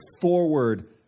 forward